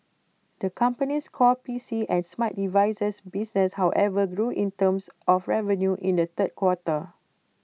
the company's core P C and smart device business however grew in terms of revenue in the third quarter